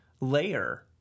layer